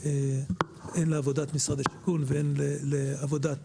הן לעבודת משרד השיכון, והן לעבודת